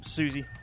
Susie